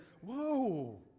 whoa